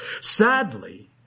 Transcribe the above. Sadly